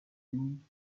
nuit